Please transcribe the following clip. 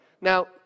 Now